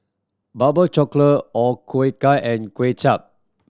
barbe cockle O Ku Kueh and Kuay Chap